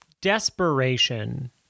desperation